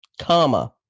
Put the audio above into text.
comma